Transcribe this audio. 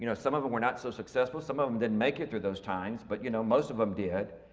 you know some of them were not so successful, some of them didn't make it through those times but you know most of them did.